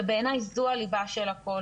שבעניי זו הליבה של הכול,